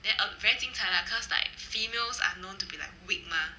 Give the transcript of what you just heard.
then uh very 精彩 lah cause like females are known to be like weak mah